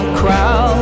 crowd